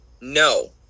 No